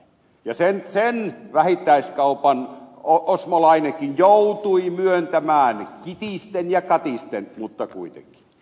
sen vähittäiskaupan osmo lainekin joutui myöntämään kitisten ja katisten mutta kuitenkin